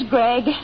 Greg